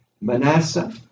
Manasseh